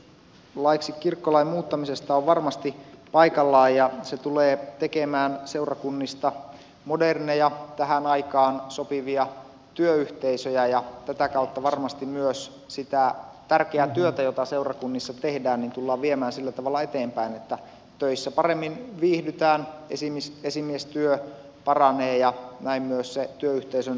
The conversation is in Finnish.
tämä hallituksen esitys laiksi kirkkolain muuttamisesta on varmasti paikallaan ja se tulee tekemään seurakunnista moderneja tähän aikaan sopivia työyhteisöjä ja tätä kautta varmasti myös sitä tärkeää työtä jota seurakunnissa tehdään tullaan viemään sillä tavalla eteenpäin että töissä paremmin viihdytään esimiestyö paranee ja näin myös se työyhteisön tuloksellisuus paranee